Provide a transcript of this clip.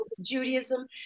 Judaism